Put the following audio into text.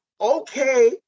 okay